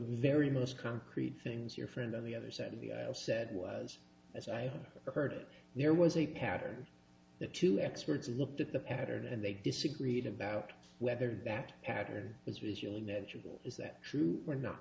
very most concrete things your friend on the other side of the aisle said was as i heard it there was a pattern that two experts looked at the pattern and they disagreed about whether that pattern is usually negligible is that true or not